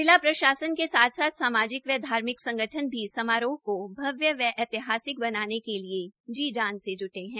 जिला प्रशासन के साथ साथ सामाजिक व धार्मिक संगठन भी समारोह को भव्य व ऐतिहासिक बनाने के लिए जी जान से जुटे है